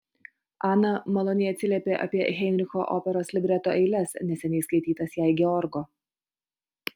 ana maloniai atsiliepė apie heinricho operos libreto eiles neseniai skaitytas jai georgo